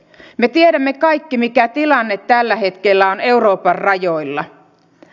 me tiedämme kaikki mikä tilanne tällä hetkellä on euroopan rajoilla